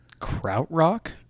Krautrock